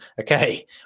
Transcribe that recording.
Okay